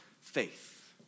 faith